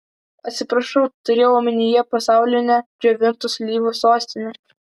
atsiprašau turėjau omenyje pasaulinę džiovintų slyvų sostinę